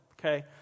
Okay